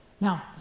Now